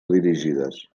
dirigides